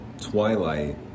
twilight